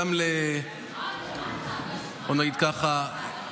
בואו נגיד ככה,